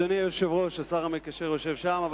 אדוני היושב-ראש, השר המקשר יושב שם,